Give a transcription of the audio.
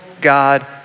God